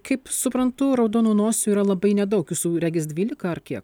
kaip suprantu raudonų nosių yra labai nedaug jūsų regis dvylika ar kiek